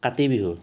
Kati Bihu